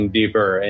deeper